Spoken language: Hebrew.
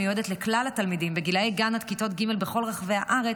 המיועדת לכלל התלמידים בגילי גן עד כיתות ג' בכל רחבי הארץ,